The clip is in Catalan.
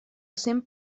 cent